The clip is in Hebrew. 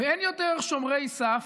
ואין יותר שומרי סף,